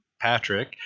Patrick